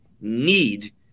need